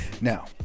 now